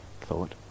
thought